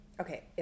okay